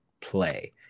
play